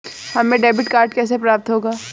हमें debit card कैसे प्राप्त होगा?